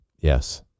Yes